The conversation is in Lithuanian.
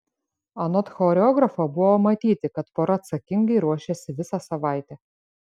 anot choreografo buvo matyti kad pora atsakingai ruošėsi visą savaitę